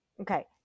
okay